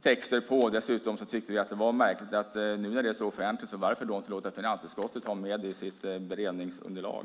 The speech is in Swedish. texter på. Dessutom tyckte vi att det var märkligt nu när det är så offentligt att inte låta finansutskottet ha med det i sitt beredningsunderlag.